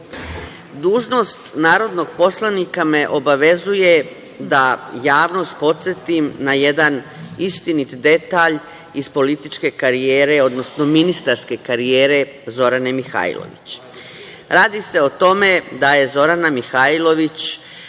Dužnost narodnog poslanika me obavezuje da javnost podsetim na jedan istinit detalj iz političke karijere, odnosno ministarske karijere Zorane Mihajlović. Radi se o tome da je Zorana Mihajlović